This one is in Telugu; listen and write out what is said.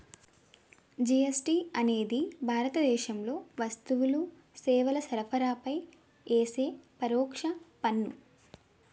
జీ.ఎస్.టి అనేది భారతదేశంలో వస్తువులు, సేవల సరఫరాపై యేసే పరోక్ష పన్ను